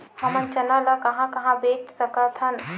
हमन चना ल कहां कहा बेच सकथन?